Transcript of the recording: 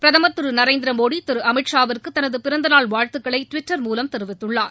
பிரதமர் திரு நரேந்திரமோடி திரு அமித் ஷா விற்கு தனது பிறந்தநாள் வாழ்த்துகளை டுவிட்டர் மூலம் தெரிவித்துள்ளார்